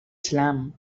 slam